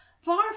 Far